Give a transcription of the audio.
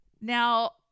Now